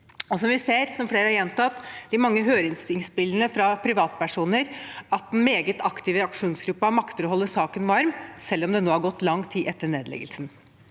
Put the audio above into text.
Som vi ser, og som flere har gjentatt: De mange høringsinnspillene fra privatpersoner og den meget aktive aksjonsgruppa makter å holde saken varm, selv om det nå har gått lang tid etter nedleggelsen.